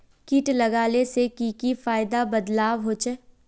किट लगाले से की की बदलाव होचए?